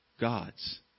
gods